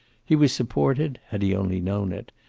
he was supported, had he only known it,